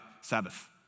Sabbath